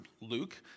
Luke